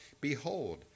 Behold